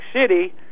City